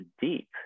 deep